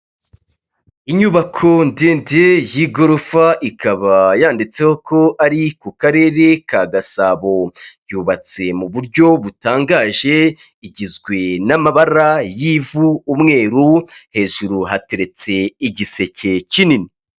Inyubako ndende y'igorofa ikaba yanditseho ko ari ku karere ka Gasabo, yubatse mu buryo butangaje, igizwe n'amabara y'ivu, umweru, hejuru hateretse igiseke kinini.